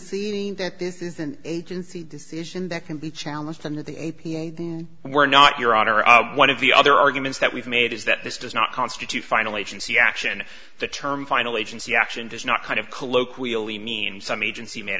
g that this is an agency decision that can be challenged under the a p a we're not your honor one of the other arguments that we've made is that this does not constitute final agency action the term final agency action does not kind of colloquially mean some agency made